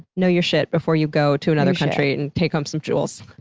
know your shit before you go to another country and take home some jewels.